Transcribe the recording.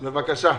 בבקשה,